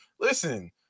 Listen